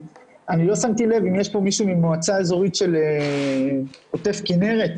אני לא שמתי לב אם יש פה מישהו ממועצה אזורית של עוטף כנרת.